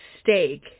steak